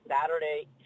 Saturday